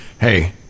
Hey